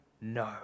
no